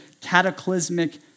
cataclysmic